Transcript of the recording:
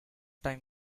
time